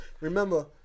remember